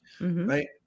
Right